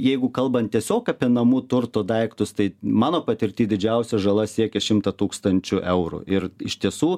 jeigu kalbant tiesiog apie namų turto daiktus tai mano patirty didžiausia žala siekia šimtą tūkstančių eurų ir iš tiesų